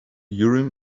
urim